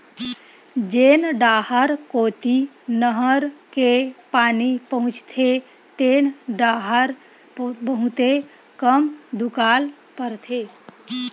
जेन डाहर कोती नहर के पानी पहुचथे तेन डाहर बहुते कम दुकाल परथे